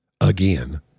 again